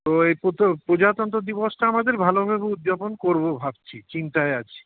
তো এই প্রজাতন্ত্র দিবসটা আমাদের ভালোভাবে উদযাপন করবো ভাবছি চিন্তায় আছি